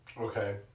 Okay